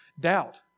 Doubt